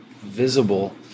visible